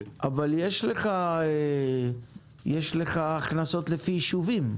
יש טבלת הכנסות לפי יישובים,